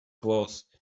claus